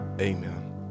amen